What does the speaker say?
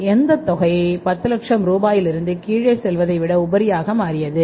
எனவே அந்த தொகை 1000000 ரூபாயிலிருந்து கீழே செல்வதை விட உபரியாக மாறியது